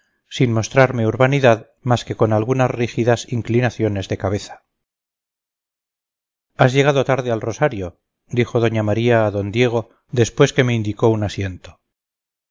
sin mostrarme urbanidad más que con algunas rígidas inclinaciones de cabeza has llegado tarde al rosario dijo doña maría a d diego después que me indicó un asiento